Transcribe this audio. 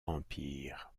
empire